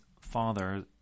father